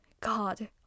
God